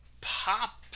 pop